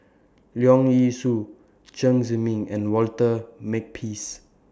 Leong Yee Soo Chen Zhiming and Walter Makepeace